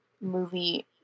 movie